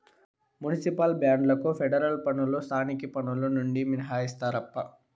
municipal బాండ్లకు federal పన్నులు స్థానిక పన్నులు నుండి మినహాయిస్తారప్పా